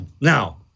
Now